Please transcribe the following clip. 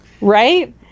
Right